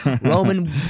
Roman